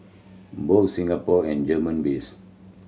both Singapore and German based